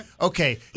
Okay